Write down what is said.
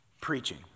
Preaching